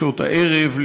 בשעות הערב,